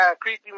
creepy